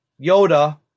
yoda